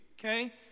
okay